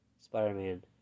Spider-Man